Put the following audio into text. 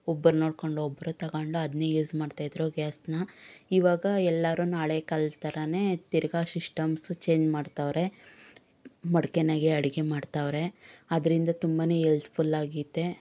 ಒಬ್ಬರನ್ನು ನೋಡ್ಕೊಂಡು ಒಬ್ಬರು ತೊಗೊಂಡು ಅದನ್ನೇ ಯೂಸ್ ಮಾಡ್ತಾಯಿದ್ರು ಗ್ಯಾಸ್ನ ಇವಾಗ ಎಲ್ಲಾರೂ ಹಳೆ ಕಾಲದ್ದ ಥರವೇ ತಿರಗಾ ಶಿಷ್ಟಮ್ಸು ಚೇಂಜ್ ಮಾಡ್ತವ್ರೆ ಮಡ್ಕೆದಾಗೆ ಅಡುಗೆ ಮಾಡ್ತವ್ರೆ ಅದರಿಂದ ತುಂಬನೇ ಎಲ್ತ್ಫುಲ್ಲಾಗೈತೆ